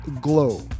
Glow